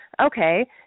Okay